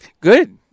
Good